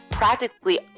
Practically